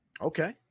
Okay